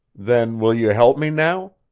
then will you help me, now?